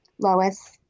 Lois